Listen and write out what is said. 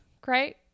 Great